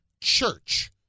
church